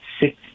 six